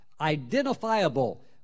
identifiable